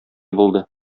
булды